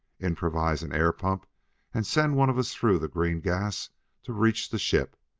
improvise an air-pump and send one of us through the green gas to reach the ship.